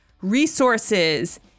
resources